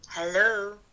hello